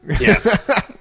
Yes